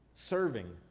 Serving